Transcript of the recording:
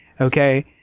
okay